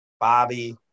Bobby